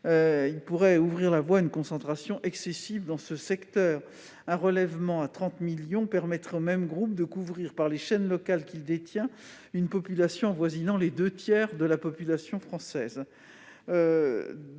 pourrait ouvrir la voie à une concentration excessive dans le secteur. Un relèvement du seuil à 30 millions permettrait en effet au même groupe de couvrir, par les chaînes locales qu'il détient, une population avoisinant les deux tiers de la population française.